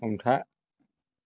हमथा